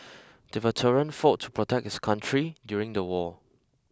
the veteran fought to protect his country during the war